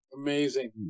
Amazing